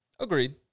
Agreed